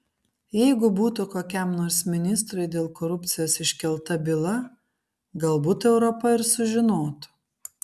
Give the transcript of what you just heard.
jeigu būtų kokiam nors ministrui dėl korupcijos iškelta byla galbūt europa ir sužinotų